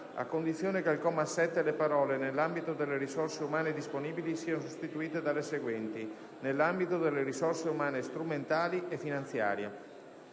a condizione che al comma 7, le parole: "nell'ambito delle risorse umane disponibili" siano sostituite dalle seguenti: "nell'ambito delle risorse umane, strumentali e finanziarie";